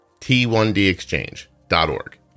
t1dexchange.org